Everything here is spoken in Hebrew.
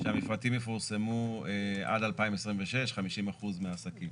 שהמפרטים יפורסמו עד 2026, 50% מהעסקים.